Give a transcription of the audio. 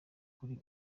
kuri